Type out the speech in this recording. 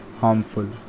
harmful